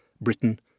Britain